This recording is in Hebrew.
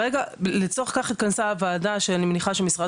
לצורך כך התכנסה הוועדה שאני מניחה שמשרד